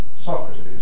Socrates